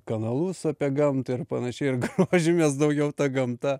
kanalus apie gamtą ir panašiai ir grožimės daugiau ta gamta